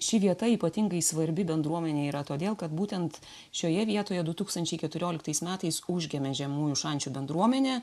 ši vieta ypatingai svarbi bendruomenei yra todėl kad būtent šioje vietoje du tūkstančiai keturioliktais metais užgimė žemųjų šančių bendruomenė